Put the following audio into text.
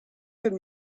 from